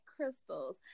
crystals